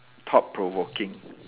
thought provoking